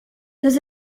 does